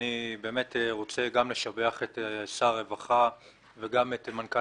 אני רוצה לשבח את שר הרווחה ואת מנכ"ל